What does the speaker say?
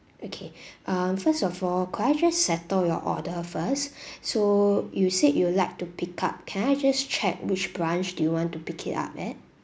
okay um first of all could I just settle your order first so you said you'd like to pick up can I just check which branch do you want to pick it up at